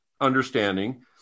understanding